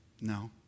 No